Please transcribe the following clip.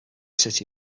city